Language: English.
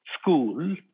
school